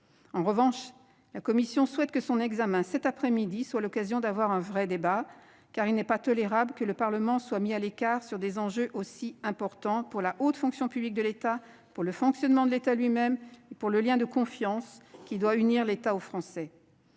En revanche, nous souhaitons que son examen cette après-midi soit l'occasion d'un vrai débat : il n'est pas tolérable que le Parlement soit mis à l'écart, face à des enjeux si importants pour la haute fonction publique de l'État, pour le fonctionnement de l'État lui-même et pour le lien de confiance qui doit unir l'État aux Français.